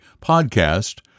podcast